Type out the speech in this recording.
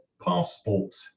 passport